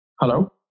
Hello